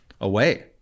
away